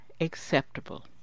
acceptable